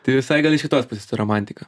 tai visai gal iš kitos pusės ta romantika